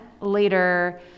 later